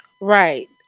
Right